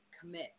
commit